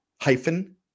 hyphen